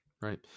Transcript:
right